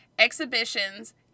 exhibitions